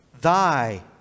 thy